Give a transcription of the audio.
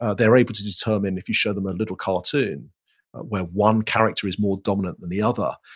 ah they're able to determine if you show them a little cartoon where one character is more dominant than the other.